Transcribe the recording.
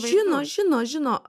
žino žino žino